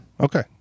Okay